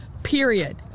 Period